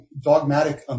dogmatic